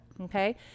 okay